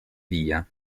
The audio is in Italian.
via